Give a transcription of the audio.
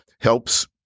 helps